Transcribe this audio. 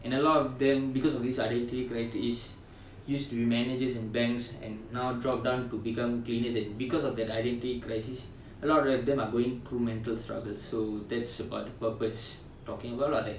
and a lot of them because of this identity crisis is used to be managers in banks and now drop down to become cleaners and because of their identity crisis a lot of them are going through mental struggles so that's about the purpose talking about lah like